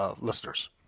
listeners